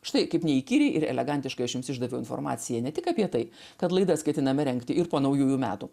štai kaip neįkyriai ir elegantiškai aš jums išdaviau informaciją ne tik apie tai kad laidas ketiname rengti ir po naujųjų metų